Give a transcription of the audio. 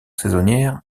saisonnières